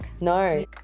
No